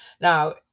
now